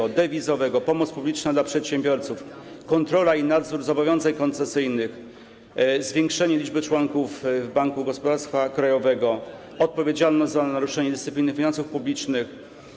Prawa dewizowego, pomoc publiczna dla przedsiębiorców, kontrola i nadzór dotyczące zobowiązań koncesyjnych, zwiększenie liczby członków rady Banku Gospodarstwa Krajowego, odpowiedzialność za naruszenie dyscypliny finansów publicznych.